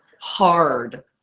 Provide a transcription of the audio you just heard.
hard